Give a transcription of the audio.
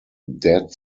dead